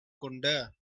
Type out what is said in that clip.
கொண்ட